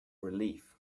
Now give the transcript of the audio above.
relief